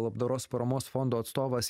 labdaros paramos fondo atstovas